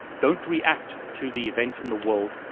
don't react to the events in the world,